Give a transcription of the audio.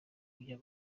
kujya